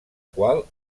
qual